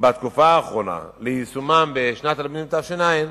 בתקופה האחרונה ויישומן בשנת הלימודים תש"ע,